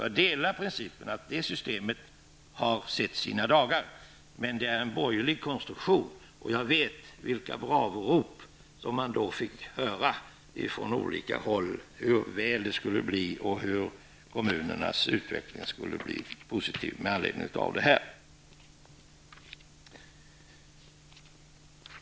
Jag delar principen att det systemet har sett sina bästa dagar. Men det är en borgerlig konstruktion. Och jag vet vilka bravorop som man då fick höra från olika håll om hur bra det skulle bli och hur positiv kommunernas utveckling skulle bli med anledning av detta.